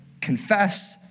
Confess